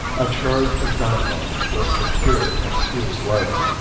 a charge of dynamite was procured and the fuse lighted.